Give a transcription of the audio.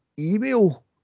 email